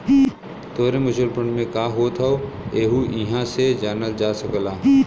तोहरे mutual fund में का होत हौ यहु इहां से जानल जा सकला